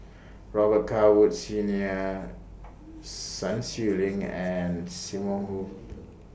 Robet Carr Woods Senior Sun Xueling and SIM Wong Hoo